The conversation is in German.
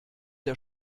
der